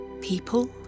people